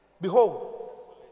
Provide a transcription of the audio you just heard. Behold